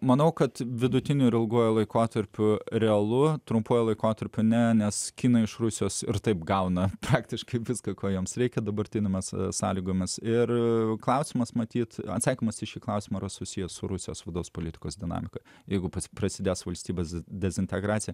manau kad vidutiniu ir ilguoju laikotarpiu realu trumpuoju laikotarpiu ne nes kinai iš rusijos ir taip gauna faktiškai viską ko jiems reikia dabartinėmis sąlygomis ir klausimas matyt atsakymas į šį klausimą yra susijęs su rusijos vidaus politikos dinamika jeigu prasidės valstybės dezintegracija